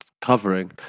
covering